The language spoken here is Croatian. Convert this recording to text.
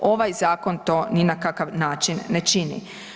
Ovaj zakon to ni na kakav način ne čini.